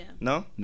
no